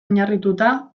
oinarrituta